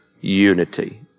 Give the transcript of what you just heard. unity